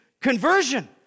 conversion